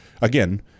Again